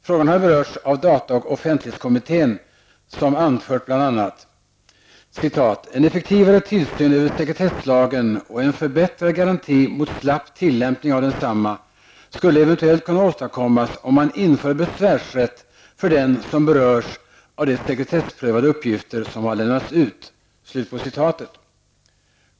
Frågan har berörts av data och offentlighetskommittén, som anfört bl.a.: ''En effektivare tillsyn över sekretesslagen och en förbättrad garanti mot slapp tillämpning av densamma skulle eventuellt kunna åstadkommas om man inför besvärsrätt för den om berörs av de sekretessprövade uppgifter som har lämnats ut.''